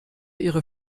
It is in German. ihre